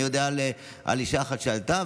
אני יודע על אישה אחת שעלתה,